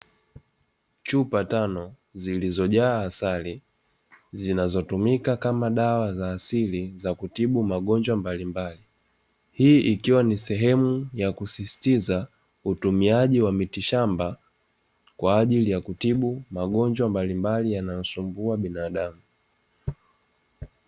Chupa tano zilizojaa asali zinazotumika kama dawa za asili za kutibu magonjwa mbalimbali, hii ikiwa ni sehemu ya kusisitiza utumiaji wa miti shamba kwa ajili ya kutibu magonjwa mbalimbali yanayosumbua binadamu.